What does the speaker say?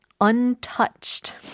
untouched